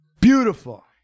beautiful